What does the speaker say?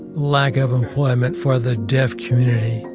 lack of employment for the deaf community.